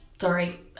Sorry